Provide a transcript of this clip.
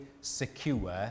secure